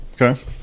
okay